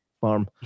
farm